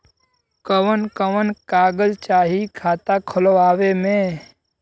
कवन कवन कागज चाही खाता खोलवावे मै?